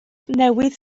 newydd